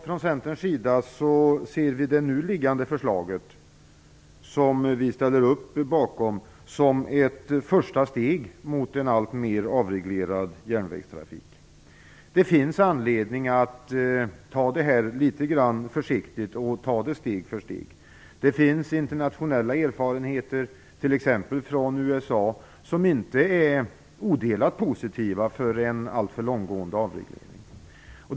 Från Centerns sida ser vi det nu liggande förslaget, som vi ställer upp bakom, som ett första steg mot en alltmer avreglerad järnvägstrafik. Det finns anledning att ta det litet försiktigt steg för steg. Internationella erfarenheter, t.ex. från USA, är inte odelat positiva för en alltför långtgående avreglering.